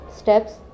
steps